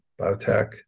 biotech